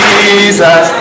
Jesus